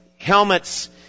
Helmets